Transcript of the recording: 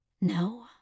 No